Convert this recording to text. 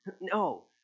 No